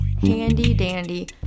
handy-dandy